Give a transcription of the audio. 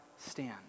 stand